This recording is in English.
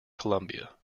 columbia